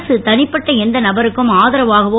அரசு தனிப்பட்ட எந்த ஒரு நபருக்கும் ஆதரவாகவோ